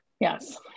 Yes